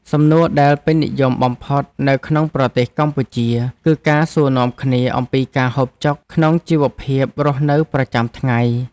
សំណួរដែលពេញនិយមបំផុតនៅក្នុងប្រទេសកម្ពុជា គឺការសួរនាំគ្នាអំពីការហូបចុកក្នុងជីវភាពរស់នៅប្រចាំថ្ងៃ។